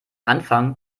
anfang